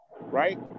right